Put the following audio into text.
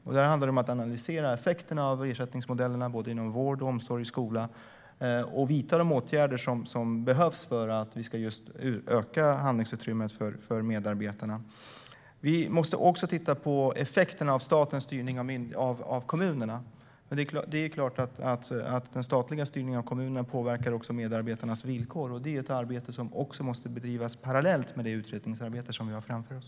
Det gäller att analysera effekterna av ersättningsmodellerna inom vård, omsorg, skola och vidta de åtgärder som behövs för att öka handlingsutrymmet för medarbetarna. Vi måste även titta på effekterna av statens styrning av kommunerna. Det är klart att den statliga styrningen av kommunerna påverkar medarbetarnas villkor. Det är ett arbete som måste bedrivas parallellt med det utredningsarbete som vi har framför oss.